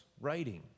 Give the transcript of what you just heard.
writing